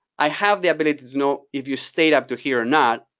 i have the ability to know if you stayed up to here or not,